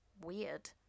weird